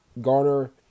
Garner